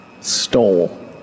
Stole